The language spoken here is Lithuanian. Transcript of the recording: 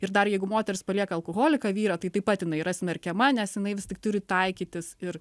ir dar jeigu moteris palieka alkoholiką vyrą tai taip jinai yra smerkiama nes jinai vis tik turi taikytis ir